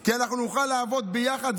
כי אנחנו נוכל לעבוד ביחד.